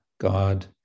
God